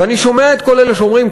ואני שומע את כל אלה שאומרים,